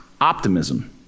optimism